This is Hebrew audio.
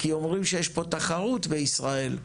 כי אומרים שיש פה תחרות בישראל,